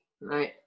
right